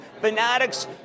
Fanatics